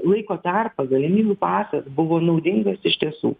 laiko tarpą galimybių pasas buvo naudingas iš tiesų